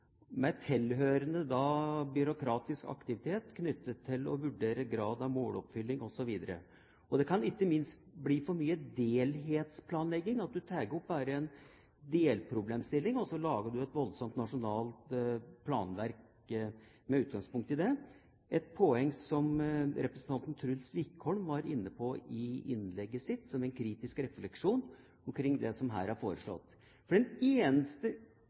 med tilhørende byråkratisk aktivitet knyttet til å vurdere grad av måloppfylling osv. Og det kan ikke minst bli for mye «delhetsplanlegging»: at du tar opp bare en delproblemstilling og så lager et voldsomt nasjonalt planverk med utgangspunkt i det, et poeng som representanten Truls Wickholm var inne på i innlegget sitt som en kritisk refleksjon omkring det som her er foreslått. For den eneste